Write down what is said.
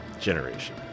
generation